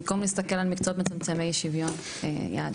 במקום להסתכל על מקצועות מצמצמי אי שוויון כיעד.